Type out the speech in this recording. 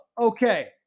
Okay